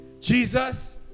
Jesus